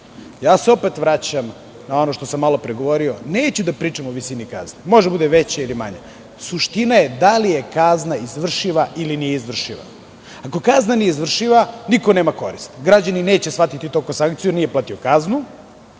Opet se vraćam na ono što sam malo pre govorio, neću da pričam o visini kazni. Može da bude veća ili manja. Suština je da li je kazna izvršiva ili nije. Ako kazna nije izvršiva, niko nema koristi. Građanin neće shvatiti to kao sankciju, nije platio kaznu,